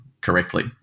correctly